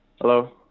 Hello